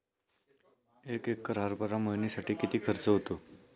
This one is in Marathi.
एक एकर हरभरा मळणीसाठी किती खर्च होतो?